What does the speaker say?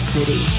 City